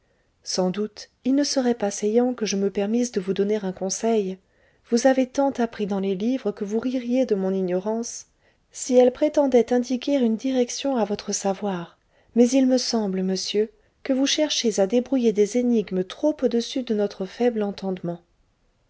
sans doute il ne serait pas seyant que je me permisse de vous donner un conseil vous avez tant appris dans les livres que vous ririez de mon ignorance si elle prétendait indiquer une direction à votre savoir mais il me semble monsieur que vous cherchez à débrouiller des énigmes trop au-dessus de notre faible entendement